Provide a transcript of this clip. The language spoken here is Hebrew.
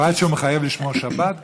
בפרט שהוא מחייב לשמור שבת גם.